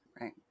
Right